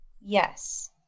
Yes